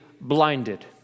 blinded